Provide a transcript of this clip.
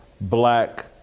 black